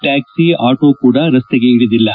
taxi auto ಕೂಡ ರಸ್ತೆಗಳಿದಿಲ್ಲ